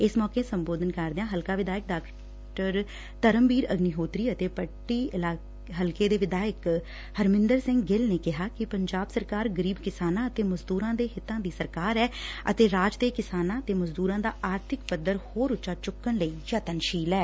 ਇਸ ਮੌਕੇ ਸੰਬੋਧਨ ਕਰਿਦਆਂ ਹਲਕਾ ਵਿਧਾਇਕ ਡਾ ਧਰਮਬੀਰ ਅਗਨੀਹੋਤਰੀ ਅਤੇ ਪੱਟੀ ਹਲਕੇ ਦੇ ਵਿਧਾਇਕ ਹਰਮਿੰਦਰ ਸਿੰਘ ਗਿੱਲ ਨੇ ਕਿਹਾ ਕਿ ਪੰਜਾਬ ਸਰਕਾਰ ਗਰੀਬ ਕਿਸਾਨਾਂ ਅਤੇ ਮਜਦੂਰਾਂ ਦੇ ਹਿੱਤਾਂ ਦੀ ਸਰਕਾਰ ਹੈ ਅਤੇ ਰਾਜ ਦੇ ਕਿਸਾਨਾਂ ਤੇ ਮਜਦੂਰਾਂ ਦਾ ਆਰਥਿਕ ਪੱਧਰ ਹੋਰ ਉਚਾ ਚੁੱਕਣ ਲਈ ਯਤਨਸ਼ੀਲ ਐ